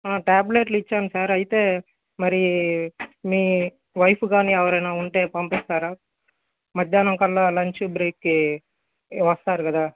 ఆ ట్యాబ్లెట్లు ఇచ్చాము సార్ అయితే మరి మీ వైఫ్ కానీ ఎవరైనా ఉంటే పంపిస్తారా మధ్యాహ్నం కల్లా లంచ్ బ్రేక్ కి వస్తారు కదా